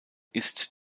ist